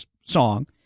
song